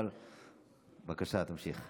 בבקשה, תמשיך.